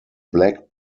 black